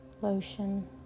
lotion